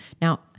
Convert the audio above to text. Now